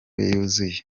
yuzuye